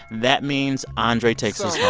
that means andre takes us yeah